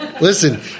Listen